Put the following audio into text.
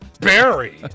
Barry